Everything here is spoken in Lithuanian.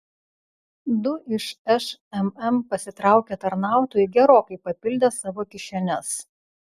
du iš šmm pasitraukę tarnautojai gerokai papildė savo kišenes